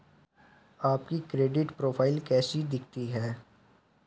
आपकी credit profile कैसी दिखती है?